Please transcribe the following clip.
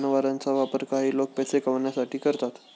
जनावरांचा वापर काही लोक पैसे कमावण्यासाठी करतात